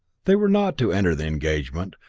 they were not to enter the engagement,